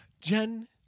Jen